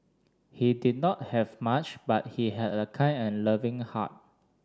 he did not have much but he had a kind and loving heart